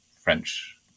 French